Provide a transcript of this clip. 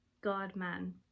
God-man